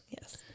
Yes